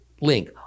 link